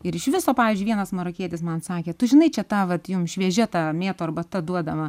ir iš viso pavyzdžiui vienas marokietis man sakė tu žinai čia ta vat jum šviežia ta mėtų arbata duodama